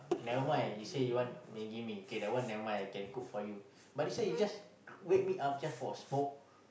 never mind you say you want maggie-mee kay that one never mind I can cook for you but this one you just wake me up just for a smoke